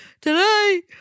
Today